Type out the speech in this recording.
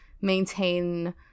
maintain